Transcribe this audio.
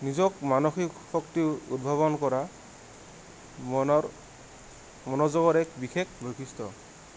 নিজক মানসিক শক্তিও উদ্ভাৱন কৰা মনৰ মনোযোগৰ এক বিশেষ বৈশিষ্ট্য